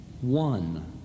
one